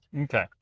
Okay